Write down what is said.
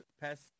pass